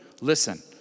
Listen